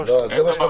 אין דבר כזה.